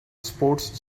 sports